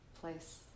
place